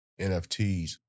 NFTs